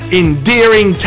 endearing